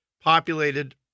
populated